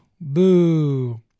Boo